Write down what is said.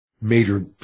major